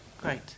Great